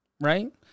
Right